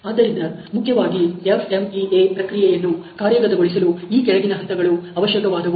ಆದ್ದರಿಂದ ಮುಖ್ಯವಾಗಿ FMEA ಪ್ರಕ್ರಿಯೆಯನ್ನು ಕಾರ್ಯಗತಗೊಳಿಸಲು ಈ ಕೆಳಗಿನ ಹಂತಗಳು ಅವಶ್ಯಕವಾದವು